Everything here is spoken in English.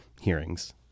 hearings